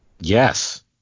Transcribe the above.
yes